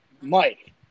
Mike